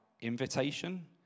invitation